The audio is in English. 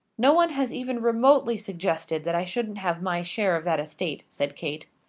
no one has even remotely suggested that i shouldn't have my share of that estate, said kate.